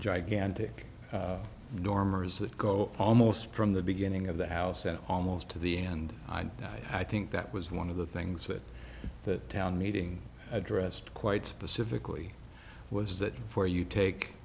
gigantic dormers that go almost from the beginning of the house and almost to the end i think that was one of the things that the town meeting addressed quite specifically was that for you take